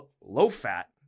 low-fat